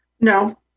No